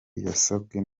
yasabwe